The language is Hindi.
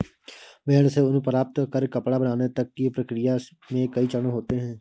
भेड़ से ऊन प्राप्त कर कपड़ा बनाने तक की प्रक्रिया में कई चरण होते हैं